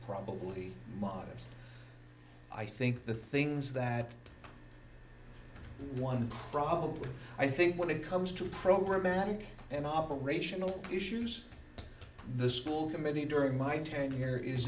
probably modest i think the things that one probably i think when it comes to programatic and operational issues the school committee during my ten